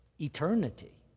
eternity